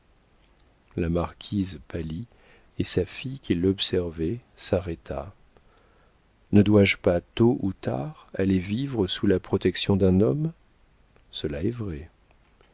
la marquise pâlit et sa fille qui l'observait s'arrêta ne dois-je pas tôt ou tard aller vivre sous la protection d'un homme cela est vrai